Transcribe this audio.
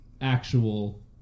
actual